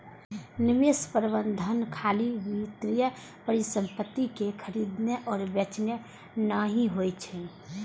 निवेश प्रबंधन खाली वित्तीय परिसंपत्ति कें खरीदनाय आ बेचनाय नहि होइ छै